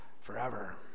forever